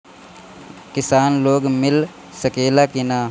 किसान लोन मिल सकेला कि न?